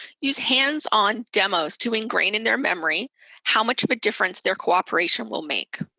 use hands-on demos to ingrain in their memory how much of a difference their cooperation will make.